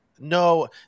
No